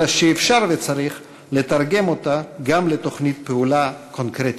אלא שאפשר וצריך לתרגם אותה גם לתוכנית פעולה קונקרטית.